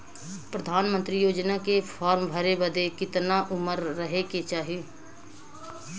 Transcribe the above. प्रधानमंत्री योजना के फॉर्म भरे बदे कितना उमर रहे के चाही?